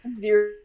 zero